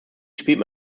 spielt